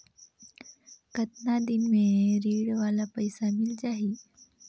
कतना दिन मे ऋण वाला पइसा मिल जाहि?